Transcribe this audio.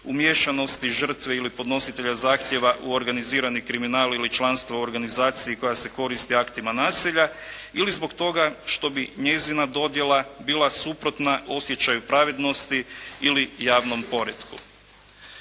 umiješanosti žrtve ili podnositelja zahtjeva u organizirani kriminal ili članstvo u organizaciji koja se koristi aktima nasilja ili zbog toga što bi njezina dodjela bila suprotna osjećaju pravednosti ili javnom poretku.